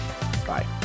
bye